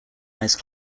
ice